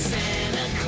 Santa